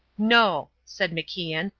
no, said macian,